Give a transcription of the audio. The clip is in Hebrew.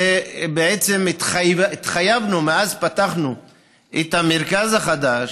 בעצם התחייבנו, מאז פתחנו את המרכז החדש,